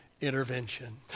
intervention